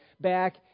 back